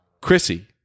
Chrissy